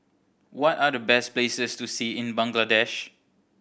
what are the best places to see in Bangladesh